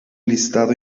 listado